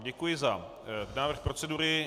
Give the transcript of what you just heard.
Děkuji za návrh procedury.